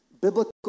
biblical